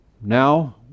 now